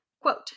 Quote-